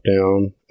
down